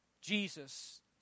Jesus